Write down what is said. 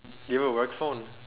you have work phone